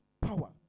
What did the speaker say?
power